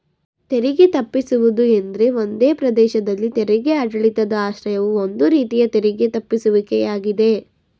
ತೆರಿಗೆ ತಪ್ಪಿಸುವುದು ಎಂದ್ರೆ ಒಂದೇ ಪ್ರದೇಶದಲ್ಲಿ ತೆರಿಗೆ ಆಡಳಿತದ ಆಶ್ರಯವು ಒಂದು ರೀತಿ ತೆರಿಗೆ ತಪ್ಪಿಸುವಿಕೆ ಯಾಗಿದೆ